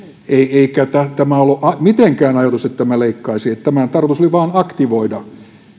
eikä ollut mitenkään ajatus että tämä leikkaisi tämän tarkoitus oli vain aktivoida